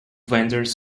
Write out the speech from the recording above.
vendors